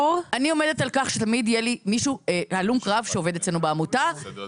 אני עומדת על כך שתמיד יהיה עובד אצלנו בעמותה הלום